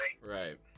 right